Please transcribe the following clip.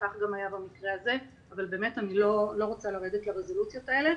וכך גם היה במקרה הזה אבל באמת אני לא רוצה לרדת לרזולוציות האלה.